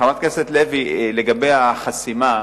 חברת הכנסת לוי, לגבי החסימה,